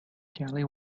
kelly